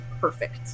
perfect